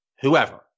whoever